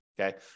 okay